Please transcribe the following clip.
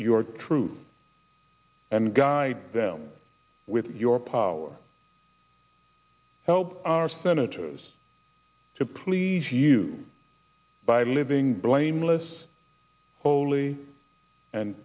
your truth and guy them with your power help our senators to please you by living blameless holy and